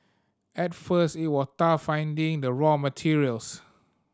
at first it was tough finding the raw materials